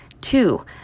Two